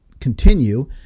continue